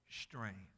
strength